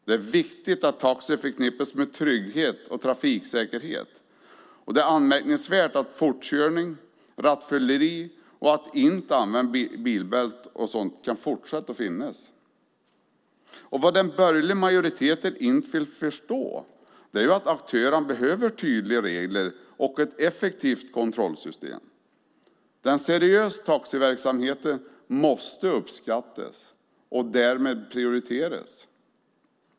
Det är viktigt att taxi förknippas med trygghet och trafiksäkerhet, och det är anmärkningsvärt att fortkörning, rattfylleri och sådant som att inte använda bilbälte kan fortsätta att finnas. Vad den borgerliga majoriteten inte vill förstå är att aktörerna behöver tydliga regler och ett effektivt kontrollsystem. Den seriösa taxiverksamheten måste uppskattas och därmed prioriteras.